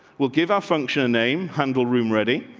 will give our function name handle room ready,